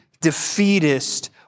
defeatist